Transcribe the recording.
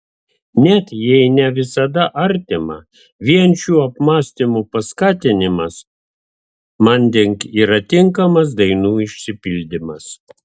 net jei ne visada artima vien šių apmąstymų paskatinimas manding yra tinkamas dainų išsipildymas